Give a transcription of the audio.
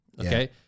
okay